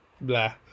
blah